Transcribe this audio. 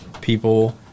people